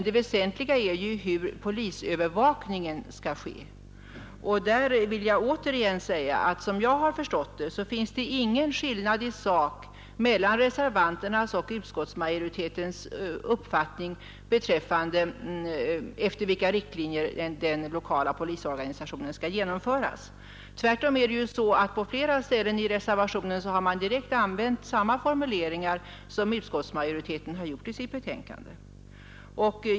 Det väsentliga är hur polisövervakningen skall ske. Och där finns det — vill jag återigen säga — inte någon skillnad i sak mellan reservanternas och utskottsmajoritetens uppfattning beträffande efter vilka riktlinjer den lokala polisorganisationen skall genomföras. Det är tvärtom på det sättet att reservanterna på flera ställen i reservationen har använt samma formuleringar som utskottsmajoriteten har gjort i sitt betänkande.